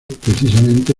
precisamente